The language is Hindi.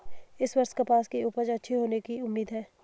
इस वर्ष कपास की उपज अच्छी होने की उम्मीद है